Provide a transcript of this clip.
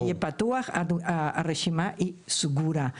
הרשימה היא סגורה.